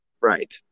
Right